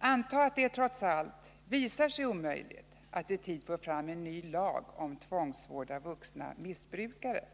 Antag att det trots allt visar sig omöjligt att i tid få fram en ny lag om tvångsvård av vuxna missbrukare